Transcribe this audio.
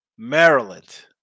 Maryland